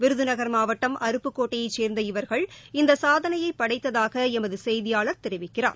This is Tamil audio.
விருதுநகர் மாவட்டம் அருப்புக் கோட்டையை சேர்ந்த இவர்கள் இந்த சாதனையை படைத்ததாக எமது செய்தியாளர் தெரிவிக்கிறார்